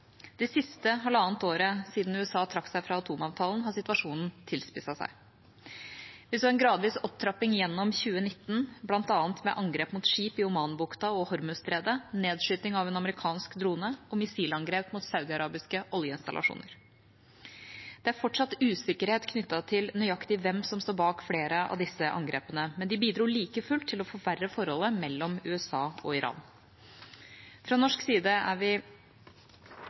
Det siste halvannet året, siden USA trakk seg fra atomavtalen, har situasjonen tilspisset seg. Vi så en gradvis opptrapping gjennom 2019, bl.a. med angrep mot skip i Omanbukta og Hormuzstredet, nedskyting av en amerikansk drone og missilangrep mot saudiarabiske oljeinstallasjoner. Det er fortsatt usikkerhet knyttet til nøyaktig hvem som står bak flere av disse angrepene, men de bidro like fullt til å forverre forholdet mellom USA og Iran.